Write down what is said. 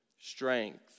strength